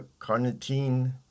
carnitine